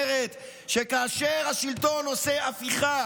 אומרת שכאשר השלטון עושה הפיכה